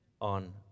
on